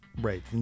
Right